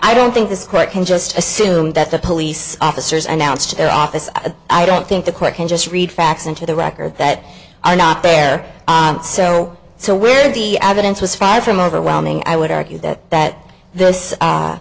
i don't think this court can just assume that the police officers announced their office i don't think the court can just read facts into the record that are not there so we're the evidence was fired from overwhelming i would argue that that this